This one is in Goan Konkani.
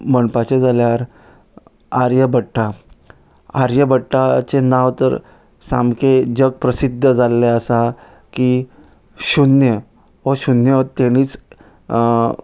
म्हणपाचें जाल्यार आर्यभट्टा आर्यभट्टाचें नांव तर सामकें जग प्रसिध्द जाल्लें आसा की शुन्य हो शुन्य हो तेणीच